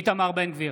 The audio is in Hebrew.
איתמר בן גביר,